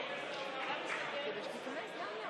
הכנסת, בעד,